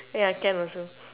ya can also